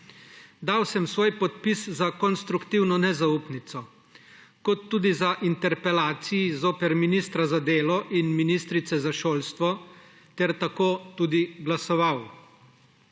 Dal sem svoj podpis za konstruktivno nezaupnico in tudi za interpelaciji zoper ministra za delo in ministrico za šolstvo ter tako tudi glasoval.